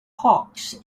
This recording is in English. hawks